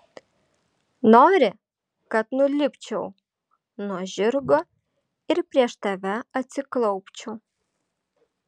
nori kad nulipčiau nuo žirgo ir prieš tave atsiklaupčiau